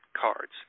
cards